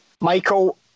Michael